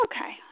Okay